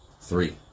Three